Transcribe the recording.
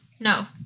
No